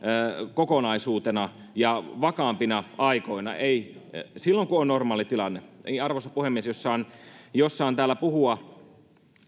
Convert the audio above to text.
kokonaisuutena ja vakaampina aikoina silloin kun on normaali tilanne arvoisa puhemies jos saan täällä puhua